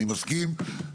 אני מסכים.